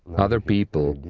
other people,